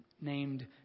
named